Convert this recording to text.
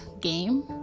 game